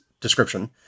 description